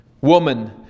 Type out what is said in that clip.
Woman